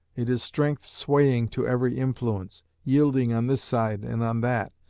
it is strength swaying to every influence, yielding on this side and on that,